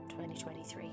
2023